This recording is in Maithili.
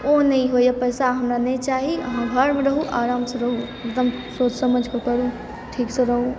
ओ नै होइए पैसा हमरा नहि चाही अहाँ घरमे रहु आरामसँ रहु एकदम सोचि समझक करू ठीकसँ रहु